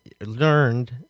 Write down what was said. learned